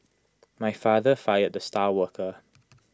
my father fired the star worker